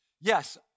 Yes